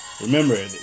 Remember